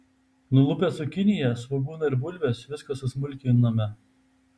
nulupę cukiniją svogūną ir bulves viską susmulkiname